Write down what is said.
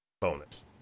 bonus